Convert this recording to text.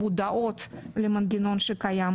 מודעות למנגנון שקיים.